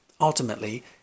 ultimately